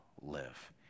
live